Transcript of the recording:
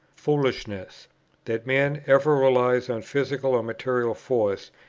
foolishness that man ever relies on physical and material force,